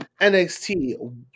NXT